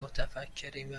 متفکرین